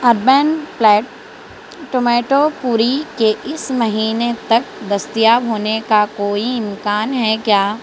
urban plate tomato puree کے اس مہینے تک دستیاب ہونے کا کوئی امکان ہے کیا